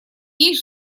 есть